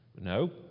no